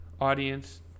audience